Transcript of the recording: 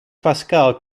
pascal